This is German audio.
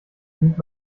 sieht